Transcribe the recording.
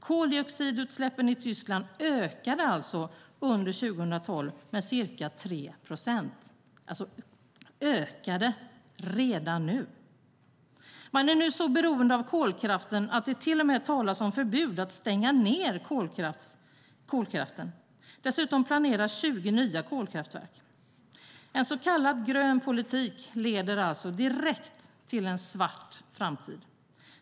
Koldioxidutsläppen i Tyskland ökade alltså under 2012 med ca 3 procent. Redan nu kan man alltså se att det har ökat. Man är nu så beroende av kolkraften att det till och med talas om förbud mot att stänga kolkraft. Dessutom planeras 20 nya kolkraftverk. En så kallat grön politik leder alltså direkt till en svart framtid.